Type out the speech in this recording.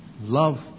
Love